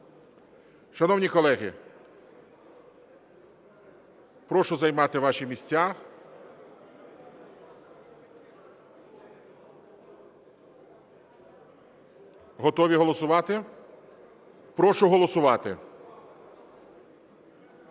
Шановні колеги, прошу займати ваші місця. Готові голосувати? Прошу голосувати.